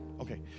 Okay